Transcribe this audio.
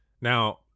Now